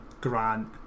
Grant